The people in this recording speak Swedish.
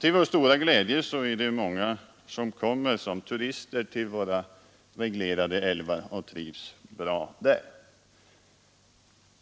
Till vår stora glädje är det många som kommer som turister till våra reglerade älvar och trivs bra där.